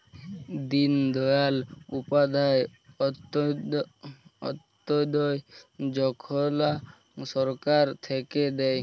দিন দয়াল উপাধ্যায় অন্ত্যোদয় যজনা সরকার থাক্যে দেয়